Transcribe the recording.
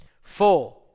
Four